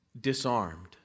disarmed